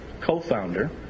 co-founder